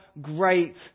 great